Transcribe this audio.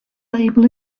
label